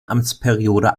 amtsperiode